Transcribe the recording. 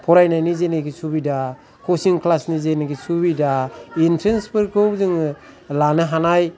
फरायनायनि जेनेखि सुबिदा कसिं क्लासनि जेनेखि सुबिदा एन्ट्रेन्स फोरखाै जोङो लानो हानाय